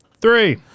Three